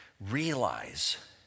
Realize